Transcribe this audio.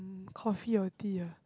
um coffee or tea ah